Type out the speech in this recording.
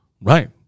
Right